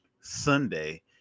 sunday